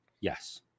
Yes